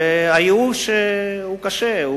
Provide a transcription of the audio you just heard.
והייאוש קשה,